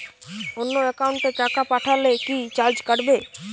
অন্য একাউন্টে টাকা পাঠালে কি চার্জ কাটবে?